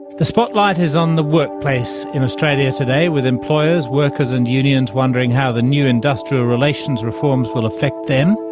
the spotlight is on the workplace in australia today, with employers, workers and unions wondering how the new industrial relations reforms will affect them.